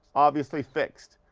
obviously fixed.